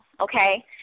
okay